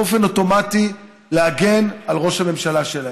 באופן אוטומטי להגן על ראש הממשלה שלהם.